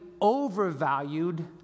overvalued